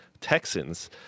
Texans